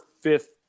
fifth